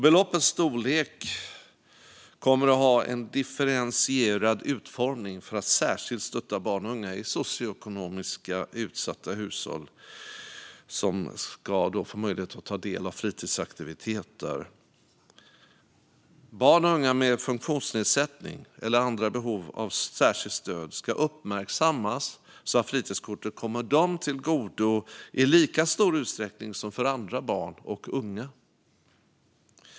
Beloppets storlek kommer att ha en differentierad utformning för att särskilt stötta barn och unga i socioekonomiskt utsatta hushåll att ta del av fritidsaktiviteter. Barn och unga med funktionsnedsättning eller andra behov av särskilt stöd ska uppmärksammas så att fritidskortet kommer dem till godo i lika stor utsträckning som för andra barn och unga.